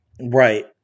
Right